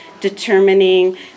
determining